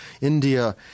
India